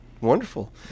wonderful